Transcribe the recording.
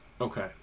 okay